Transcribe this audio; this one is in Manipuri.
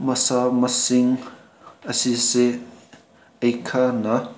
ꯃꯁꯥ ꯃꯁꯤꯡ ꯑꯁꯤꯁꯦ ꯑꯩꯍꯥꯛꯅ